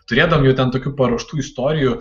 turėdavom jau ten tokių paruoštų istorijų